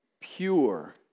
pure